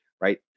right